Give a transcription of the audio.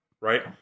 right